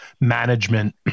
management